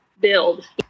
build